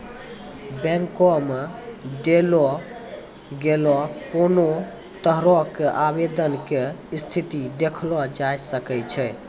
बैंको मे देलो गेलो कोनो तरहो के आवेदन के स्थिति देखलो जाय सकै छै